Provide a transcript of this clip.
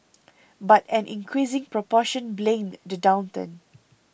but an increasing proportion blamed the downturn